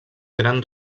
gran